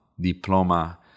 diploma